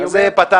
אז זה פתרנו.